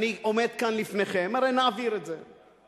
אני עומד כאן לפניכם, הרי נעביר את זה, ברור.